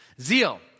Zeal